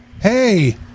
Hey